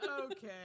Okay